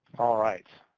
all right.